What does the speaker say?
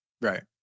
Right